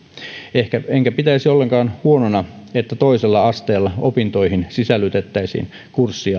enkä pitäisi ollenkaan huonona että toisella asteella opintoihin sisällytettäisiin kurssi